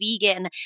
vegan